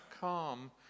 calm